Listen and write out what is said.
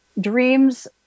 dreams